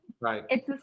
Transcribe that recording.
Right